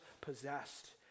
possessed